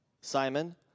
Simon